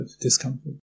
discomfort